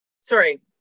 Sorry